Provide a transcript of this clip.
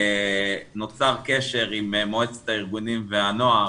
נוצר קשר עם מועצת ארגוני הילדים והנוער,